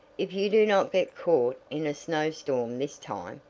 if you do not get caught in a snowstorm this time,